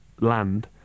land